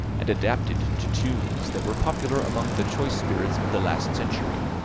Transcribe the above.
and adapted to tunes that were popular among the choice spirits of the last century.